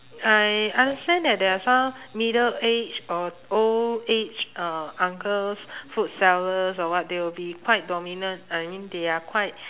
I understand that there are some middle age or old age uh uncles food sellers or what they will be quite dominant I mean they are quite